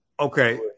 Okay